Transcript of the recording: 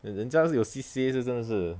人人家是有 C_C_A 就真的是